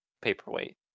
Paperweight